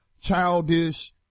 childish